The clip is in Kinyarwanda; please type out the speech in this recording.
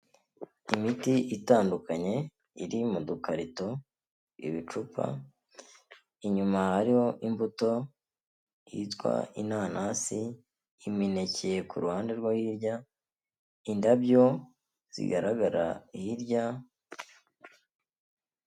Imiti itandukanye iri mu dukarito ibicupa, inyuma hariho imbuto yitwa inanasi, imineke ku ruhande rwo hirya, indabyo zigaragara hirya.